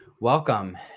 Welcome